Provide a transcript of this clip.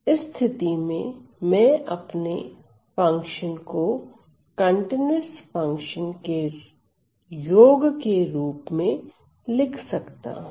इस स्थिति में मैं अपने फंक्शन को कंटीन्यूअस फंक्शन के योग के रूप में लिख सकता हूं